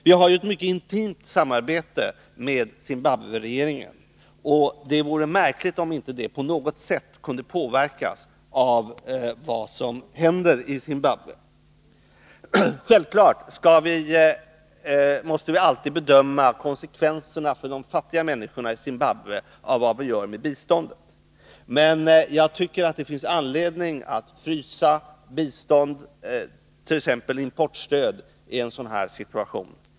Vi har ett mycket intimt samarbete med Zimbabwe-regeringen, och det vore märkligt om det inte på något sätt kunde påverkas av vad som händer i Zimbabwe. Självfallet måste vi alltid bedöma konsekvenserna för de fattiga människorna i Zimbabwe av vad vi gör med biståndet. Jag tycker att det finns anledning att frysa bistånd, t.ex. importstöd, i den här situationen.